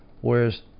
whereas